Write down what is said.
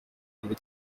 muri